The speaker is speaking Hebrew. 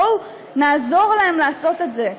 בואו נעזור להם לעשות את זה.